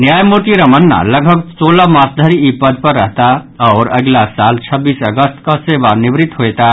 न्यायमूर्ति रमन्ना लगभग सोलह मास धरि ई पद पर रहताह आओर अगिला साल छब्बीस अगस्त कऽ सेवानिवृत्त होयताह